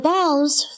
Bounce